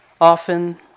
Often